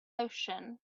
ocean